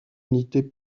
unité